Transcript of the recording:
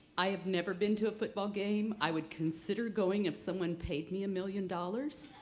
i have never been to a football game. i would consider going if someone paid me a million dollars.